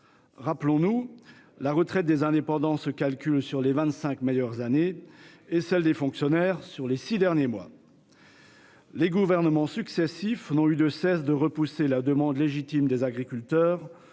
Rappelons que la retraite des indépendants se calcule sur les vingt-cinq meilleures années et celle des fonctionnaires sur leurs six derniers mois d'activité. Les gouvernements successifs n'ont eu de cesse de repousser la demande légitime des agriculteurs